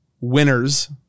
winners